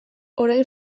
orain